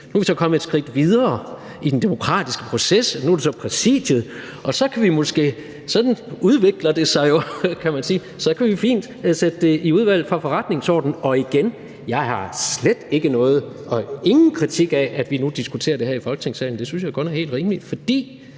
Nu er vi så kommet et skridt videre i den demokratiske proces, for nu er det så Præsidiet, der gør det. Sådan udvikler det sig jo, kan man sige, og så kan vi fint flytte det over i Udvalget for Forretningsordenen. Og igen: Jeg har ingen kritik af, at vi nu diskuterer det her i Folketingssalen. Det synes jeg kun er helt rimeligt, fordi